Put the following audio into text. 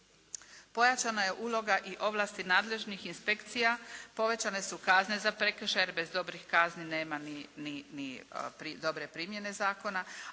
Pojačana je uloga i ovlasti nadležnih inspekcija, povećane su kazne za prekršaje, jer bez dobrih kazni nema ni dobre primjene zakona.